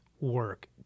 work